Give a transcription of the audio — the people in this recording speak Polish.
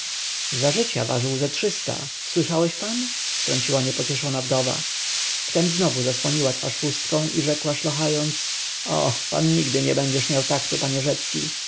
za życia ważył ze trzysta słyszałeś pan wtrąciła niepocieszona wdowa wtem znowu zasłoniła twarz chustką i rzekła szlochając o pan nigdy nie będziesz miał taktu panie rzecki